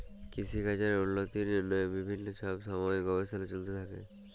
কিসিকাজের উল্লতির জ্যনহে বিভিল্ল্য ছব ছময় গবেষলা চলতে থ্যাকে